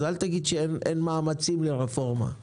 אז אל תגיד שאין מאמצים לרפורמה.